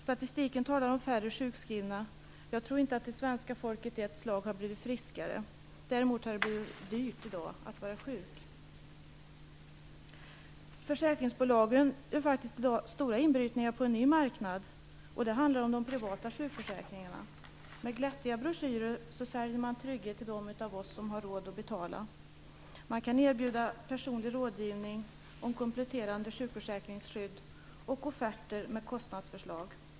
Statistiken talar om färre sjukskrivna. Jag tror inte att svenska folket i ett slag har blivit friskare, däremot har det i dag blivit dyrt att vara sjuk. Försäkringsbolagen gör i dag stora inbrytningar på en ny marknad. Det handlar om de privata sjukförsäkringarna. Med glättiga broschyrer säljer man trygghet till dem av oss som har råd att betala. Man kan erbjuda personlig rådgivning om kompletterande sjukförsäkringsskydd och offerter med kostnadsförslag.